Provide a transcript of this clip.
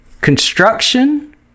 Construction